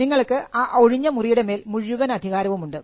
നിങ്ങൾക്ക് ആ ഒഴിഞ്ഞ മുറിയുടെമേൽ മുഴുവൻ അധികാരവുമുണ്ട്